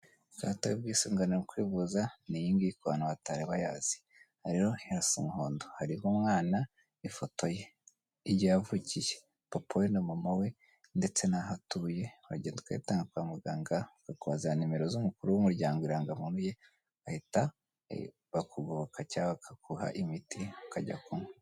Ikarita y'ubwisungane mu kwivuza ni iyi ngiyi, ku bantu batari bayazi. Aha rero irasa umuhondo. Hariho umwana. Ifoto ye, igihe yavukiye, papa we na mama we. Ndetse n'aho atuye. Turagenda tukayatanga kwa muganga, bakubaza nimero z'umukuru w'umuryango, irangamuntu ye, bahita bakugoboka cyangwa bakaguha imiti ukajya kunywa.